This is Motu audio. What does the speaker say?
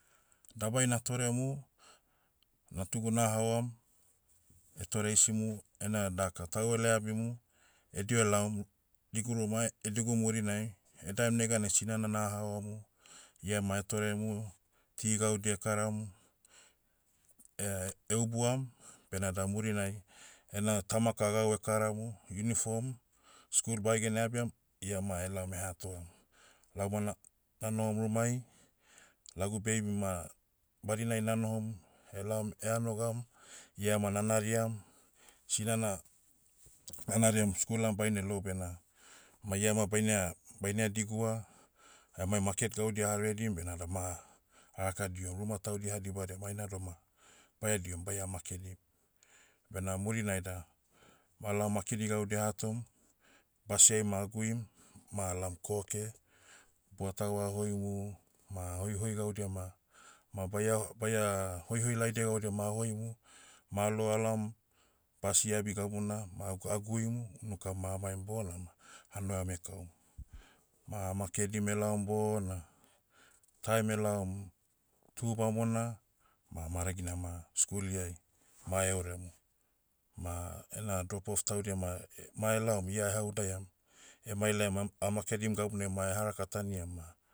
Dabai natoremu, natugu nahaoam, etore isimu, ena daka towel eabimu, ediho elaomu, digurumae, edigum murinai, edaem neganai sinana na haoamu. Iama etoremu, ti gaudia ekaramu, eubuam, benada murinai, ena tamaka gau ekaramu, uniform, school baegena eabiam, iama elaom eha atoam. Lauma na- nanohom rumai. Lagu baby ma, badinai nanohom, elaom eha nogam, ia ma nanariam. Sinana, nanariam skul am bainelou bena, ma iama bainea- bainea digua, aemai maket gaudia aharedim benada ma, araka dihom. Ruma taudia ahadibadiam aina doma, baia dihom baia makedim. Bena murinai da, balaom makedi gaudia aha atom, basiai ma aguim, ma alaom koke, buatau ahoimu, ma hoihoi gaudia ma, ma baia- baia, hoihoi laidia gaudia ma ahoimu, ma alou alaom, basi abi gabuna, ma ag- aguimu, unuka ma amaim bona ma, hanua ame kaum. Ma amakedim elaom bona, taem elaom, tu bamona, ma maragina ma, skuliai, ma eoremu. Ma ena drop off taudia ma, e- ma elaom ia eha udaiam, emailaiam am- amakedi gabunai ma eha rakataniam ma,